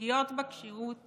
פגיעות בכשירות